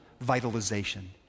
vitalization